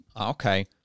Okay